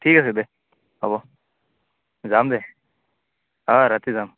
ঠিক আছে দে হ'ব যাম দে অ' ৰাতি যাম